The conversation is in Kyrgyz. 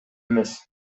эмес